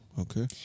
Okay